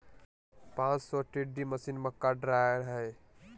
पांच सौ T D machine, मक्का ड्रायर हइ